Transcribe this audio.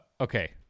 Okay